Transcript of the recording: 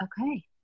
okay